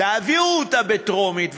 תעבירו אותה בטרומית,